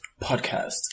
podcast